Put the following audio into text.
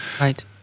Right